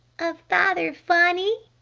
of father-funny,